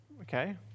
okay